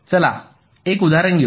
चला एक उदाहरण घेऊ